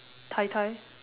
tai tai